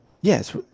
Yes